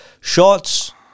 Shots